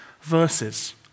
verses